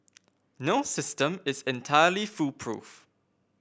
no system is entirely foolproof